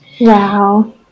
Wow